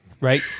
right